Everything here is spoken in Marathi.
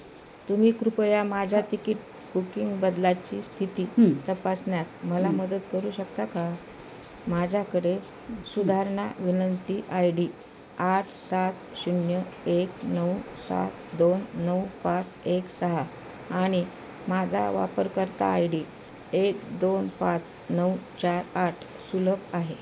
तुम्ही कृपया माझ्या तिकीट बुकिंग बदलाची स्थिती तपासण्यात मला मदत करू शकता का माझ्याकडे सुधारणा विनंती आय डी आठ सात शून्य एक नऊ सात दोन नऊ पाच एक सहा आणि माझा वापरकर्ता आय डी एक दोन पाच नऊ चार आठ सुलभ आहे